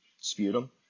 sputum